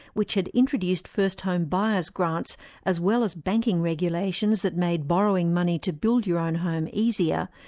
which had introduced first home buyer's grants as well as banking regulations that made borrowing money to build your own home easier,